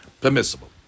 permissible